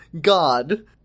God